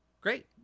Great